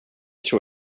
tror